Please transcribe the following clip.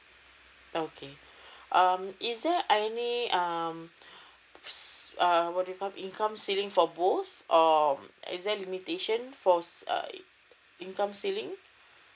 okay um is there any um ce~ uh what do you call income ceiling for both or is there limitation for ce~ income ceiling